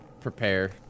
prepare